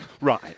Right